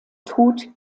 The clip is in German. tod